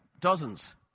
Dozens